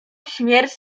śmierć